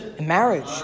Marriage